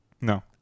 No